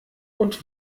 und